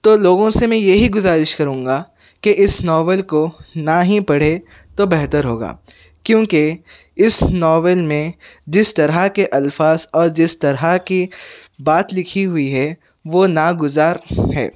تو لوگوں سے میں یہی گزارش کروں گا کہ اس ناول کو نہ ہی پڑھے تو بہتر ہوگا کیونکہ اس ناول میں جس طرح کے الفاظ اور جس طرح کی بات لکھی ہوئی ہے وہ ناگزار ہے